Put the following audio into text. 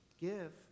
give